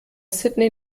sydney